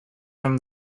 from